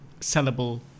sellable